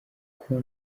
kuko